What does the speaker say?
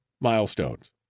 milestones